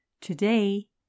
Today